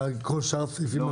ועל כל שאר הסעיפים.